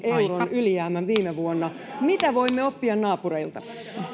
ylijäämän viime vuonna mitä voimme oppia naapureilta